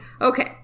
Okay